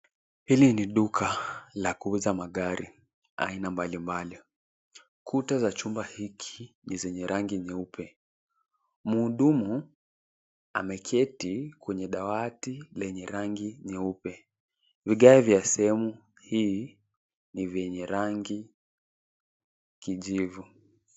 Hili ni duka la kuuza magari aina mbalimbali. Kuta za chumba hiki ni zenye rangi nyeupe. Mhudumu ameketi kwenye dawati lenye rangi nyeupe. Vigae vya sehemu hii ni vyenye rangi kijivu.